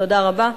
תודה רבה.